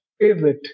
favorite